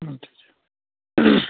اَدٕ حظ